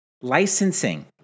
licensing